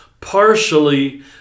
partially